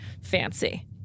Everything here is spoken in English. fancy